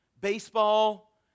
Baseball